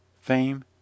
fame